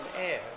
Air